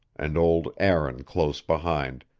and old aaron close behind,